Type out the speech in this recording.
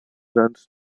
runs